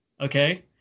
okay